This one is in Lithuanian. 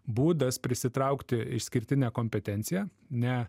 būdas prisitraukti išskirtinę kompetenciją ne